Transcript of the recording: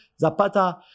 Zapata